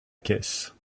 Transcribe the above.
caisse